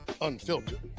unfiltered